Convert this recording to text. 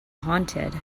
haunted